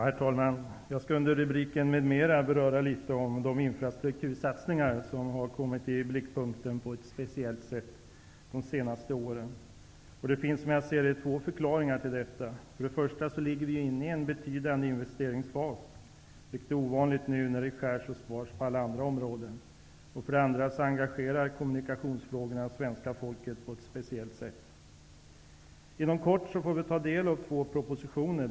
Herr talman! Infrastruktursatsningarna har kommit i blickpunkten på ett speciellt sätt under de senaste åren. Som jag ser det finns det två förklaringar till detta. För det första befinner vi oss i en betydande investeringsfas, vilket är ovanligt nu när det skärs och spars på alla andra områden. För det andra engagerar kommunikationsfrågorna svenska folket på ett speciellt sätt. Inom kort får vi ta del av två propositioner.